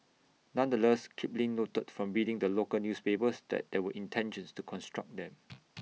nonetheless Kipling noted from reading the local newspapers that there were intentions to construct them